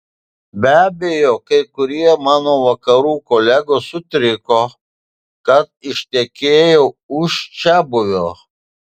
be abejo kai kurie mano vakarų kolegos sutriko kad ištekėjau už čiabuvio